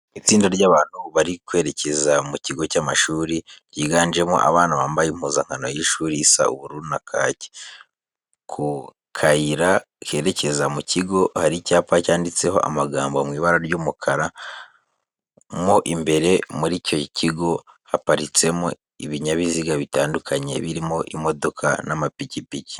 Itsinda ry'abantu bari kwerekeza mu kigo cy'amashuri, ryiganjemo abana bambaye impuzankano y'ishuri isa ubururu na kake. Ku kayira kerekeza mu kigo hari icyapa cyanditseho amagambo mu ibara ry'umukara. Mo imbere muri icyo kigo haparitsemo ibinyabiziga bitandukanye birimo imodoka n'amapikipiki.